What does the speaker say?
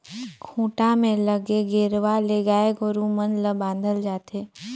खूंटा में लगे गेरवा ले गाय गोरु मन ल बांधल जाथे